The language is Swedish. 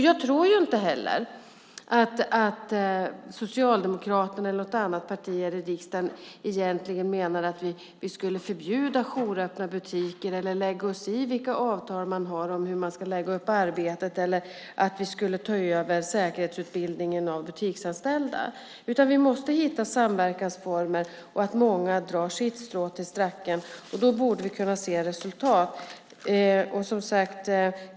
Jag tror inte heller att Socialdemokraterna eller något annat parti här i riksdagen egentligen menar att vi ska förbjuda jouröppna butiker, lägga oss i vilka avtal man har om hur man ska lägga upp arbetet eller att vi skulle ta över säkerhetsutbildningen av butiksanställda. Vi måste hitta samverkansformer där många drar sitt strå till stacken. Då borde vi kunna se resultat.